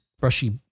Brushy